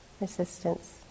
resistance